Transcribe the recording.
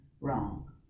wrong